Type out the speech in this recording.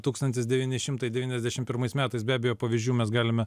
tūkstantis devyni šimtai devyniasdešimt pirmais metais be abejo pavyzdžių mes galime